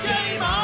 Game